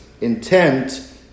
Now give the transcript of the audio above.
intent